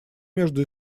между